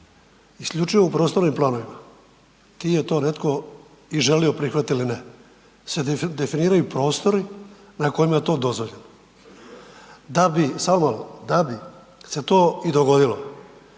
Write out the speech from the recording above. Isključivo u prostornim planovima, di je to netko i želio prihvatiti ili ne, se definiraju prostori na kojima je to dozvoljeno da bi, samo malo, da bi se to i dogodilo,